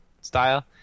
style